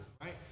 right